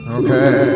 okay